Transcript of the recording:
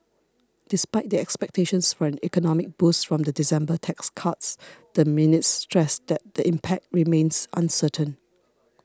despite the expectations for an economic boost from the December tax cuts the minutes stressed that the impact remains uncertain